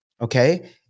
okay